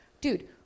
dude